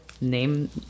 Name